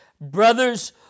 brothers